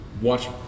watch